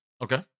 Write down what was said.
Okay